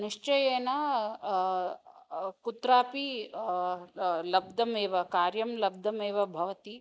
निश्चयेन कुत्रापि ल लब्धमेव कार्यं लब्धमेव भवति